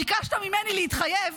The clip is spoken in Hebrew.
ביקשת ממני להתחייב